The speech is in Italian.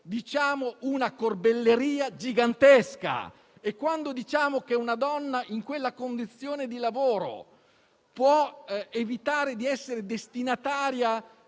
diciamo una corbelleria gigantesca. E quando diciamo che una donna in quella condizione di lavoro può evitare di essere destinataria